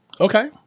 Okay